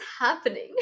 happening